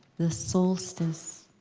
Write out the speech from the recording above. the solstice.